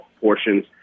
portions